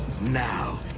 Now